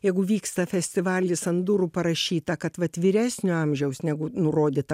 jeigu vyksta festivalis ant durų parašyta kad vat vyresnio amžiaus negu nurodyta